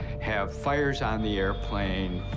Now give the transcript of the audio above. have fires on the airplane.